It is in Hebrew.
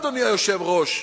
אדוני היושב-ראש,